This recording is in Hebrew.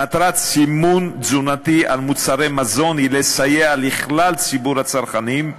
מטרת סימון תזונתי על מוצרי מזון היא לסייע לכלל ציבור הצרכנים,